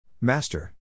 Master